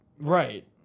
Right